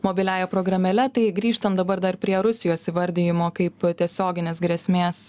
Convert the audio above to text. mobiliąja programėle tai grįžtam dabar dar prie rusijos įvardijimo kaip tiesioginės grėsmės